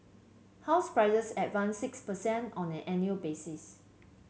house prices advanced six per cent on an annual basis